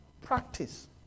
practice